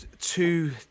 two